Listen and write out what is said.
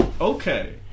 okay